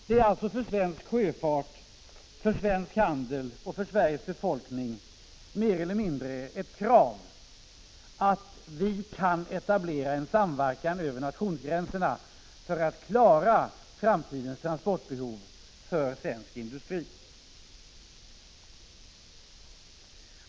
Det är alltså för svensk sjöfart, svensk handel och Sveriges befolkning mer eller mindre ett krav att vi kan etablera en samverkan över nationsgränserna för att klara framtidens transportbehov för svensk industri.